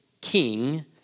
king